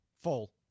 full